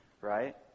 right